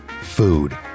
food